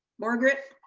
margaret.